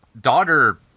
Daughter